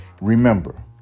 Remember